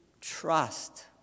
trust